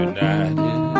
United